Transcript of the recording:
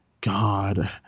god